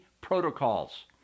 protocols